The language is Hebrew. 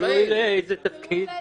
--- תלוי לאיזה תפקיד.